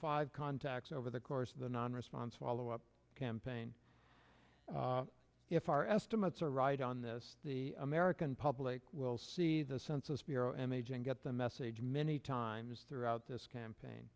five contacts over the course of the non response follow up campaign if our estimates are right on this the american public will see the census bureau image and get the message many times throughout this campaign